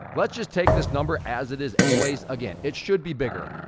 let's just take this number as it is anyways. again, it should be bigger.